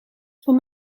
voor